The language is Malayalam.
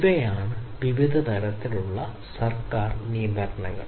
ഇവയാണ് വിവിധ തരത്തിലുള്ള സർക്കാർ നിയന്ത്രണങ്ങൾ